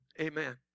Amen